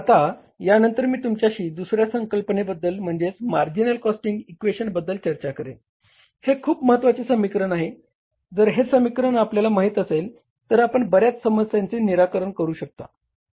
आता यानंतर मी तुमच्याशी दुसऱ्या संकल्पनेबद्दल म्हणजेच मार्जिनल कॉस्टिंग इक्वेशन बद्दल चर्चा करेन हे खूप महत्वाचे समीकरण आहे जर हे समीकरण आपल्यास माहित असेल तर आपण बर्याच समस्यांचे निराकरण करू शकता